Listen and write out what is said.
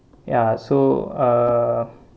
ya so err